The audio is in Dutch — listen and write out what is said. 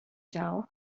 zaal